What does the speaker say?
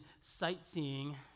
sightseeing